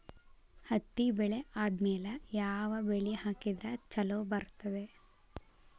ಹತ್ತಿ ಬೆಳೆ ಆದ್ಮೇಲ ಯಾವ ಬೆಳಿ ಹಾಕಿದ್ರ ಛಲೋ ಬರುತ್ತದೆ?